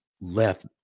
left